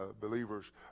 believers